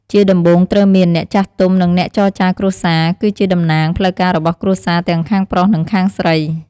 ជាដំបូងត្រូវមាន អ្នកចាស់ទុំ និងអ្នកចរចារគ្រួសារ គឺជាតំណាងផ្លូវការរបស់គ្រួសារ ទាំងខាងប្រុស និងខាងស្រី។